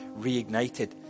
reignited